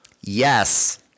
Yes